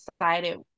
excited